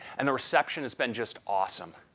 and the reception has been just awesome.